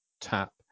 tap